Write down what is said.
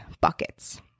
buckets